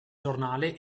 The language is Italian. giornale